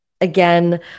again